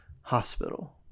Hospital